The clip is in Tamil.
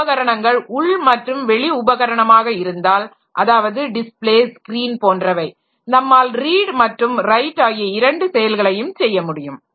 சில உபகரணங்கள் உள் மற்றும் வெளி உபகரணமாக இருந்தால் அதாவது டிஸ்பிளே ஸ்கிரீன் போன்றவை நம்மால் ரீட் மற்றும் ரைட் ஆகிய இரண்டு செயல்களையும் செய்ய முடியும்